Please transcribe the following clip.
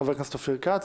חבר הכנסת אופיר כץ,